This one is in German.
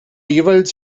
jeweils